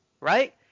Right